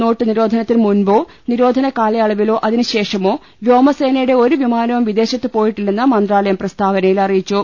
not നിരോധനത്തിന് മുൻപോ നിരോധന കാലയളവിലോ അതിന് ശേഷമോ വ്യോമസേ നയുടെ ഒരു വിമാനവും വിദേശത്ത് പോയിട്ടില്ലെന്ന് മന്ത്രാലയം പ്രസ്താവനയിൽ അറിയിച്ചു